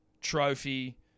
Trophy